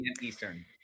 Eastern